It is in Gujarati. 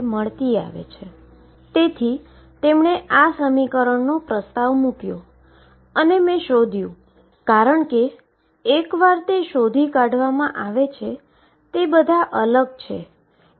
હવે હું વેવના સમીકરણને આઇગન વેલ્યુ દ્વારા હલ કરું છું અને આઈગએનર્જી દ્વારા હું મારા જવાબો મેળવી રહ્યો છું